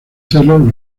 celos